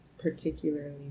particularly